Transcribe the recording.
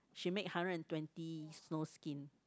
she make hundred and twenty snowskin